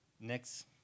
Next